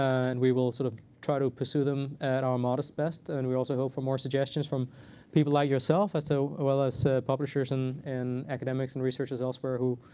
and we will sort of try to pursue them at our modest best. and we also hope for more suggestions from people like yourself as so well as publishers and and academics and researchers elsewhere who,